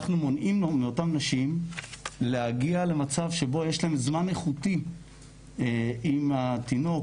אנחנו מונעים מאותן נשים להגיע למצב שבו יש להן זמן איכותי עם התינוק,